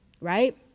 Right